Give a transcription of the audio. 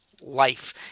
life